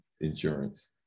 insurance